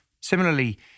Similarly